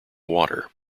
water